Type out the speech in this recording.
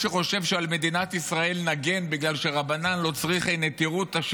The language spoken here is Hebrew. או מי שחושב שעל מדינת ישראל נגן בגלל ש"רבנן לא צריכי נטירותא",